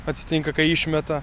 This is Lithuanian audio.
atsitinka kai išmeta